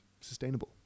sustainable